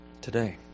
today